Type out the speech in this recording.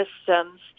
systems